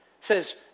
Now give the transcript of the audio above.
says